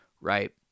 right